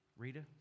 Rita